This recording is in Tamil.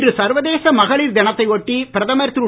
இன்று சர்வதேச மகளிர் தினத்தை ஒட்டி பிரதமர் திரு